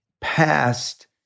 past